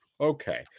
Okay